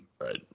Right